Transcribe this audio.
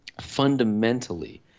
fundamentally